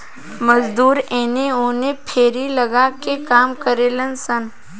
मजदूर एने ओने फेरी लगा के काम करिलन सन